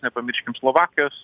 nepamirškim slovakijos